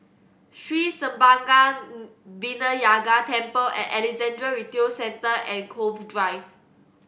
Sri Senpaga Vinayagar Temple Alexandra Retail Centre and Cove Drive